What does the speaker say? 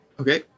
Okay